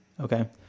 Okay